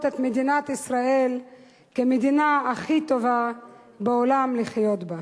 את מדינת ישראל כמדינה הכי טובה בעולם לחיות בה.